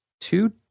two